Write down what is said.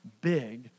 big